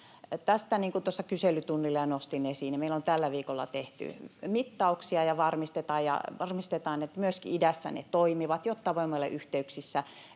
tuossa kyselytunnilla jo nostin esiin, meillä on tällä viikolla tehty mittauksia, ja varmistetaan, että myöskin idässä ne toimivat, jotta voimme olla yhteyksissä